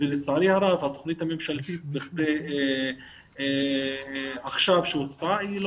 ולצערי הרב התכנית הממשלתית עכשיו שהוצעה לא